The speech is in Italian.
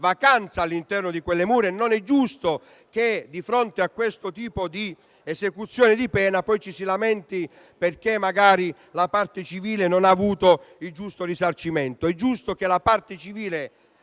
vacanza all'interno di quelle mura. Non è giusto che, di fronte a questo tipo di esecuzione di pena, poi ci si lamenti perché la parte civile magari non ha avuto il giusto risarcimento. È giusto che la parte civile